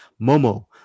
Momo